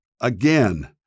again